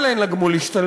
אבל אין לה גמול השתלמות,